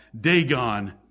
Dagon